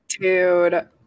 Dude